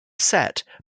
set